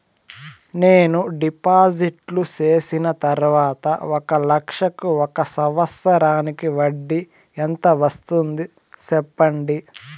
నేను డిపాజిట్లు చేసిన తర్వాత ఒక లక్ష కు ఒక సంవత్సరానికి వడ్డీ ఎంత వస్తుంది? సెప్పండి?